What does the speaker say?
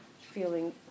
feeling